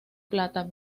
plata